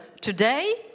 today